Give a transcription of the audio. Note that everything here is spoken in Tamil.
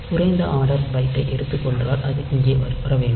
குறைந்த ஆர்டர் பைட்டை எடுத்துக்கொண்டால் அது இங்கே வர வேண்டும்